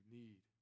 need